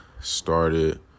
started